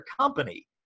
company